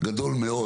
גדול מאוד.